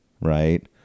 right